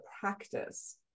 practice